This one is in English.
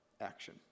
action